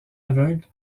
aveugles